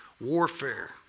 Warfare